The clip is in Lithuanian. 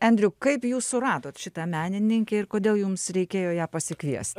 andrew kaip jūs suradot šitą menininkę ir kodėl jums reikėjo ją pasikvies